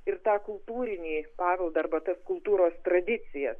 ir tą kultūrinį paveldą arba tas kultūros tradicijas